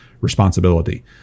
responsibility